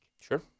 Sure